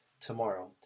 tomorrow